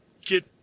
get